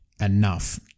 enough